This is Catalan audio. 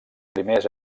primers